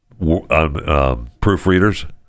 proofreaders